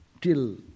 till